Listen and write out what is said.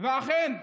ואכן,